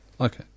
Okay